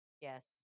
Yes